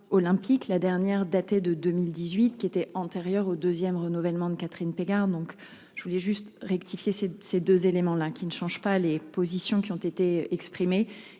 la dernière datait de 2018, qui était antérieur au 2ème renouvellement de Catherine Pégard. Donc je voulais juste rectifier ces ces 2 éléments là qui ne change pas les positions qui ont été exprimées